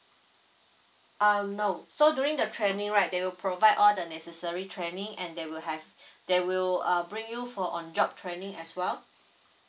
uh no so during the training right they will provide all the necessary training and they will have they will uh bring you for on job training as well